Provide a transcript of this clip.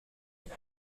wenn